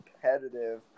competitive